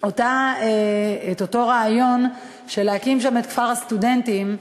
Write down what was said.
את אותו רעיון של להקים שם את כפר-הסטודנטים,